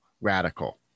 radical